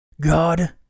God